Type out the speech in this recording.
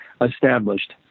established